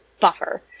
Buffer